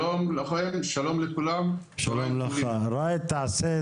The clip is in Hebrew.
שלום לכולם, בשמת